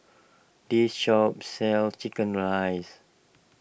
this shop sells Chicken Rice